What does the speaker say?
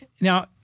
now